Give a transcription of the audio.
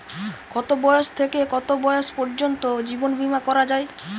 কতো বয়স থেকে কত বয়স পর্যন্ত জীবন বিমা করা যায়?